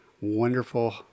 wonderful